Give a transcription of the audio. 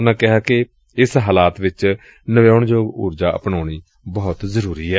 ਉਨਾਂ ਕਿਹਾ ਕਿ ਇਸ ਹਾਲਾਤ ਵਿਚ ਨਨਆਉਣਯੋਗ ਉਰਜਾ ਅਪਣਾਉਣੀ ਬਹੁਤ ਜ਼ਰੂਰੀ ਏ